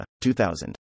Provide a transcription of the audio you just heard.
2000